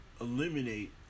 eliminate